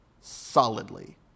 solidly